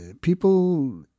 people